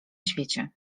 świecie